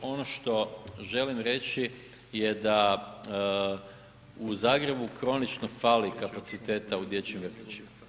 Ono što želim reći je da u Zagrebu kronično fali kapaciteta u dječjim vrtićima.